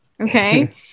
okay